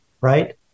right